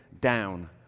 down